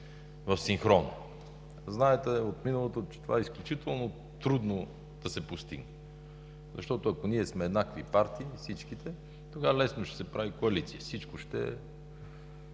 в синхрон. Знаете от миналото, че това е изключително трудно да се постигне, защото ако всичките сме еднакви партии, тогава лесно ще се прави коалиция – всичко ще е